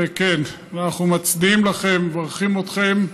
וכן, אנחנו מצדיעים לכם, מברכים אתכם,